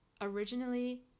originally